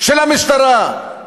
של המשטרה.